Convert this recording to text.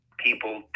people